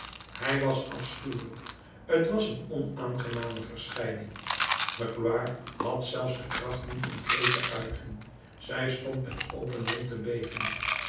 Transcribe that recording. hij was afschuwelijk t was een onaangename verschijning magloire had zelfs de kracht niet een kreet te uiten zij stond met open mond te beven